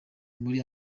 muri